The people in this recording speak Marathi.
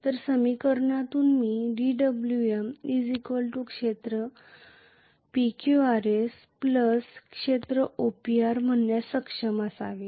तर या समीकरणातून मी dWm क्षेत्र PQRS क्षेत्र OPR लिहिण्यास सक्षम असावे